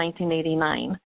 1989